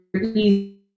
easy